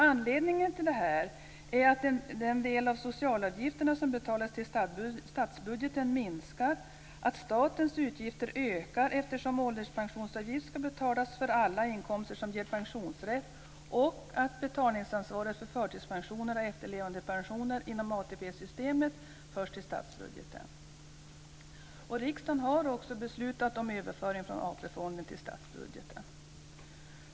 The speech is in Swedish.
Anledningen till detta är att den del av socialavgifterna som betalas till statsbudgeten minskar, att statens utgifter ökar eftersom en ålderspensionsavgift ska betalas för alla inkomster som ger pensionsrätt och att betalningsansvaret för förtidspensioner och efterlevandepensioner inom ATP-systemet förs till statsbudgeten. Riksdagen har också beslutat om överföring från AP-fonden till statsbudgeten.